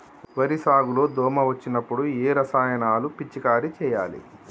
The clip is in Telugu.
వరి సాగు లో దోమ వచ్చినప్పుడు ఏ రసాయనాలు పిచికారీ చేయాలి?